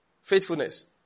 Faithfulness